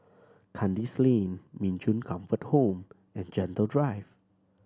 Kandis Lane Min Chong Comfort Home and Gentle Drive